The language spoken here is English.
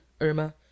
Irma